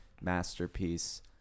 masterpiece